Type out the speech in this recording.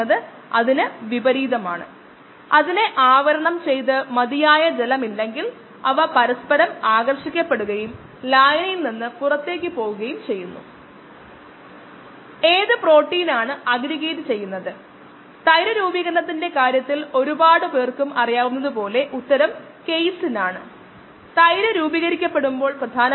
മൊത്തം എൻസൈം സാന്ദ്രത പുതിയ മൊത്തം എൻസൈം സാന്ദ്രത പഴയ മൊത്തം എൻസൈം സാന്ദ്രതയുടെ മൂന്നിരട്ടിയാണ് എന്നാൽ മൊത്തം എൻസൈം സാന്ദ്രതയെ എങ്ങനെ ബാധിക്കുന്നു